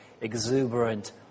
exuberant